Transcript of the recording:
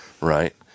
Right